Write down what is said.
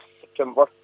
September